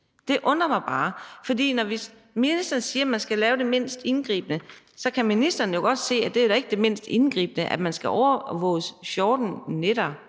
det undrer mig bare, for når ministeren siger, at man skal lave det mindst indgribende, kan ministeren jo godt se, at det da ikke er det mindst indgribende, at man skal overvåges 14 nætter